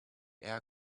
air